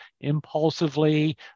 impulsively